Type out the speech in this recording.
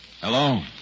Hello